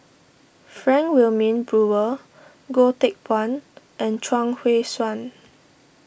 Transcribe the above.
Frank Wilmin Brewer Goh Teck Phuan and Chuang Hui Tsuan